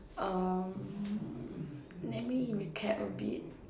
um let me recap a bit